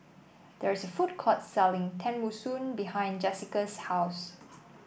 there is a food court selling Tenmusu behind Jesica's house